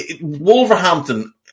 Wolverhampton